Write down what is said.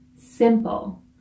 simple